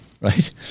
right